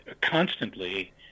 constantly